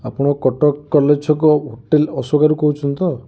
ଆପଣ କଟକ କଲେଜ ଛକ ହୋଟେଲ ଆଶୋକା ରୁ କହୁଛନ୍ତି ତ